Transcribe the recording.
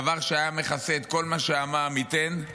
דבר שהיה מכסה את כל מה שהמע"מ ייתן,